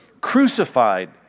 crucified